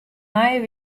nije